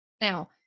Now